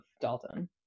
Dalton